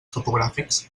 topogràfics